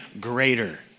greater